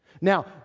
Now